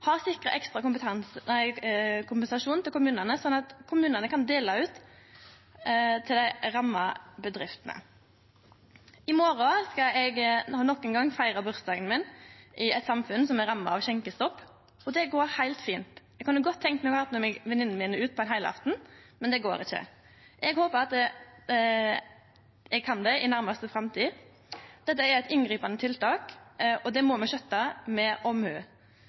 ramma bedriftene. I morgon skal eg nok ein gong feire bursdagen min i eit samfunn som er ramma av skjenkestopp, og det går heilt fint. Eg kunne godt ha tenkt meg å ha med meg venninnene mine ut på ein heilaftan, men det går ikkje. Eg håpar eg kan det i næraste framtid. Dette er eit inngripande tiltak, og det må me skjøtte med